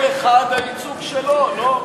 כל אחד והייצוג שלו, לא?